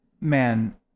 man